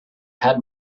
had